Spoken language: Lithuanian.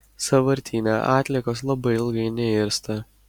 sąvartyne atliekos labai ilgai neirsta